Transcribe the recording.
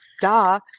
Duh